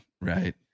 right